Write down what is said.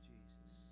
Jesus